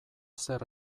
zer